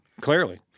clearly